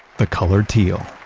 the color teal.